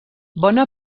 bona